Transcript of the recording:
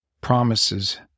promises